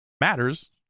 matters